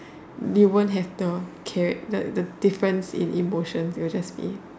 we won't have the charac the difference in emotions is was just stay